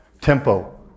tempo